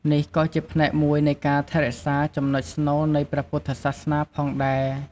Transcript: នេះក៏ជាផ្នែកមួយនៃការថែរក្សាចំណុចស្នូលនៃព្រះពុទ្ធសាសនាផងដែរ។